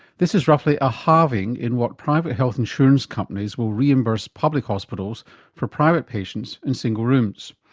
this is roughly a halving in what private health insurance companies will reimburse public hospitals for private patients in single rooms.